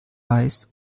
weiß